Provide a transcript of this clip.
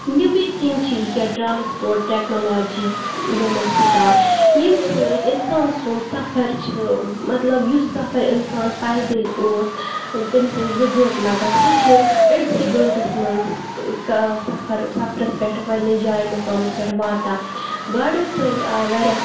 نٮ۪بٕرۍ کِنۍ چھِ یِکیٛاہ ٹرٛانٕسپوٹ ٹیکنالوجی گٔمٕژ سٹاٹ ییٚمہِ سۭتۍ اِنسان سُنٛد سفر چھِ مطلب یُس سفر اِنسان پایدٔلۍ اوس تٔمِس ٲسۍ زٕ گٲنٛٹہٕ لَگان سُہ چھِ أڑۍ سٕے گٲنٛٹَس منٛز سفر سفرَس پٮ۪ٹھ پنٛنہِ جاے مُقامَس پٮ۪ٹھ واتان گاڑیو سۭتۍ آے واریاہ